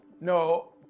No